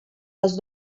les